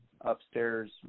upstairs